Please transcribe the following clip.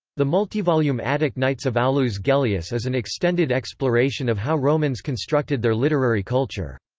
the multivolume attic nights of aulus gellius is an extended exploration of how romans constructed their literary culture.